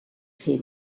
fer